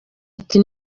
ati